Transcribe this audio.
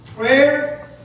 Prayer